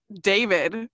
David